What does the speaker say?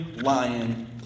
lion